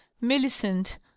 Millicent